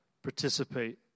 Participate